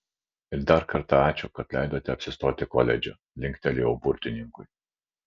ir dar kartą ačiū kad leidote apsistoti koledže linktelėjau burtininkui